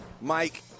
Mike